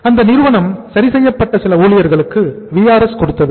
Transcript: அந்த நிறுவனம் சரி செய்யப்பட்ட சில ஊழியர்களுக்கு VRS கொடுத்தது